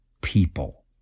people